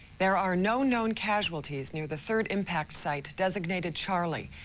there are no known casualties near the third impact site designated charley.